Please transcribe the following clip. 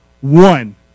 one